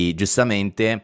giustamente